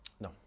No